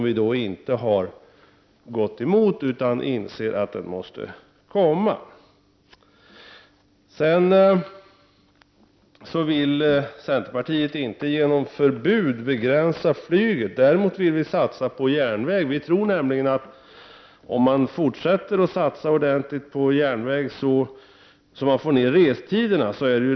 Vi har inte gått emot detta, utan vi inser att det måste komma. Vidare vill centerpartiet inte genom förbud begränsa flyget. Däremot vill vi satsa på järnvägen. Vi tror nämligen att man genom att satsa ordentligt på järnvägen kan förkorta restiderna.